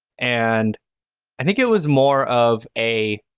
and i think it was more of a